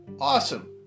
Awesome